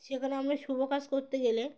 সেখানে আমরা শুভ কাজ করতে গেলে